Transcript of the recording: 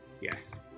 Yes